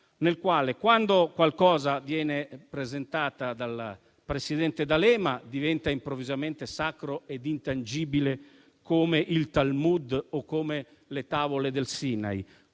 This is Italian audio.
nel quale, quando qualcosa viene presentato dal presidente D'Alema, diventa improvvisamente sacro ed intangibile, come il Talmud o come le tavole del Sinai;